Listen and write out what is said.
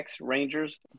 Rangers